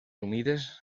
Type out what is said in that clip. humides